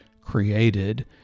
created